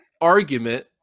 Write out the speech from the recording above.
argument